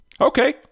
Okay